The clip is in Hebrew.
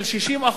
של 60%,